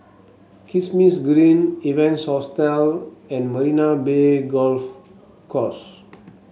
Kismis Green Evans Hostel and Marina Bay Golf Course